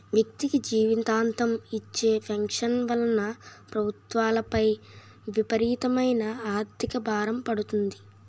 వ్యక్తికి జీవితాంతం ఇచ్చే పెన్షన్ వలన ప్రభుత్వాలపై విపరీతమైన ఆర్థిక భారం పడుతుంది